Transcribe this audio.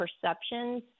perceptions